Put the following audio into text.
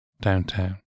downtown